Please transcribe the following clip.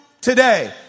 today